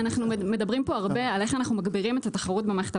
אנחנו מדברים פה הרבה על איך אנחנו מגבירים את התחרות במערכת הבנקאית.